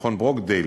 מכון ברוקדייל,